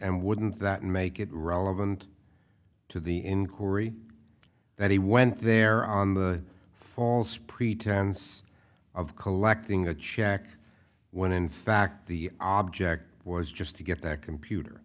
and wouldn't that make it relevant to the inquiry that he went there on the false pretense of collecting a check when in fact the object was just to get that computer